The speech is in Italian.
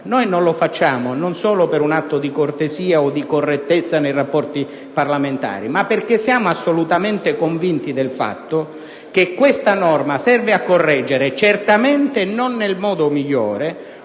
Non lo facciamo solo per un atto di cortesia o correttezza nei rapporti parlamentari, ma perché siamo assolutamente convinti del fatto che questa norma serva a correggere - anche se certamente non nel modo migliore